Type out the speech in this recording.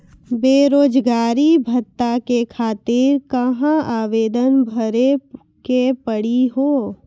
बेरोजगारी भत्ता के खातिर कहां आवेदन भरे के पड़ी हो?